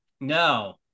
No